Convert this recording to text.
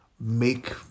...make